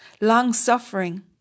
long-suffering